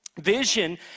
Vision